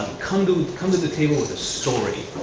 come to come to the table with a story.